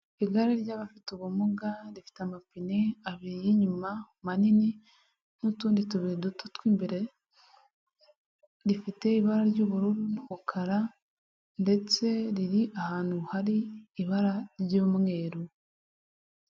Igare ry'abafite ubumuga rifite amapine abiri y'inyuma manini n'utundi tubiri duto tw'imbere, rifite ibara ry'ubururu n'umukara ndetse riri ahantu hari ibara ry'umweru.